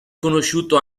conosciuto